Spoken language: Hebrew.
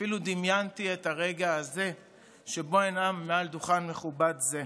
ואפילו דמיינתי את הרגע הזה שבו אנאם מעל דוכן מכובד זה.